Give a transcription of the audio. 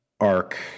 arc